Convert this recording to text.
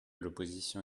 l’opposition